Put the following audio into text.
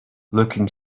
looking